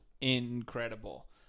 incredible